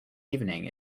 evening